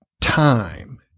time